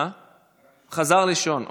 חזר לישון.